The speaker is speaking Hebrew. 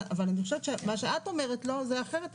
אבל אני חושבת שמה שאת אומרת זה אחרת.